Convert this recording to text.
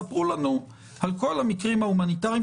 תספרו לנו על כל המקרים ההומניטריים,